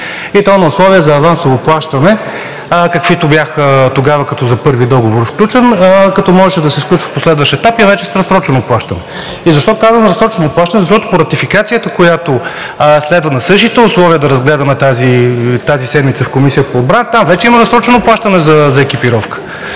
и то на условия за авансово плащане, каквито бяха тогава като за сключен първи договор, като можеше да се сключи в последващ етап и вече с разсрочено плащане? И защо казвам „разсрочено плащане“? Защото по ратификацията, която следва на същите условия да разгледаме тази седмица в Комисията по отбрана, там вече има разсрочено плащане за екипировка.